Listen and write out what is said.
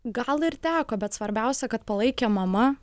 gal ir teko bet svarbiausia kad palaikė mama